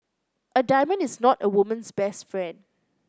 a diamond is not a woman's best friend